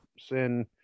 sin